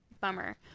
Bummer